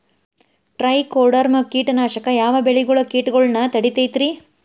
Trichoderma ಕೇಟನಾಶಕ ಯಾವ ಬೆಳಿಗೊಳ ಕೇಟಗೊಳ್ನ ತಡಿತೇತಿರಿ?